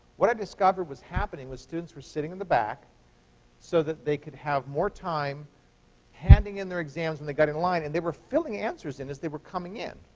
what i discovered was happening was students were sitting in the back so that they could have more time handing in their exams when they got in line. and they were filling answers in as they were coming in.